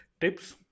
tips